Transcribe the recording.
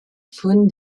faune